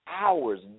hours